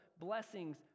blessings